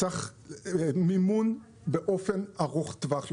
צריך מימון באופן ארוך טווח יותר,